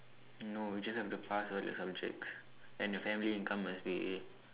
no you just have to pass all your subjects and your family income must be